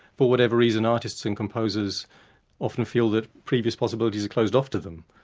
for whatever reason artists and composers often feel that previous possibilities are closed off to them,